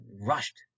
rushed